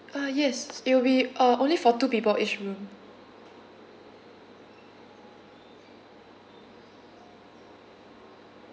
uh yes it'll be uh only for two people each room